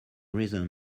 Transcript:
reason